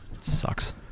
Sucks